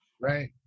Right